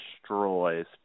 destroys